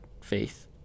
faith